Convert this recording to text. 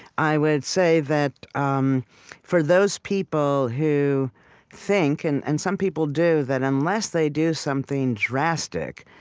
i would say that um for those people who think and and some people do that unless they do something drastic,